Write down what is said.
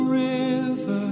river